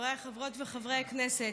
חבריי חברות וחברי הכנסת,